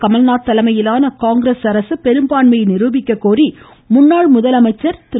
கமல்நாத் தலைமையிலான காங்கிரஸ் அரசு பெரும்பான்மையை நிருபிக்க கோரி முன்னாள் முதலமைச்சர் திரு